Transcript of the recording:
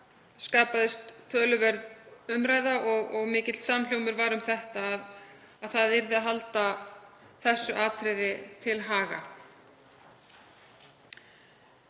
skapaðist töluverð umræða og mikill samhljómur var um að halda yrði þessu atriði til haga.